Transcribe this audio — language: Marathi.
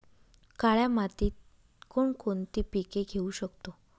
काळ्या मातीत कोणकोणती पिके घेऊ शकतो?